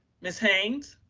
ms. haynes.